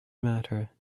matter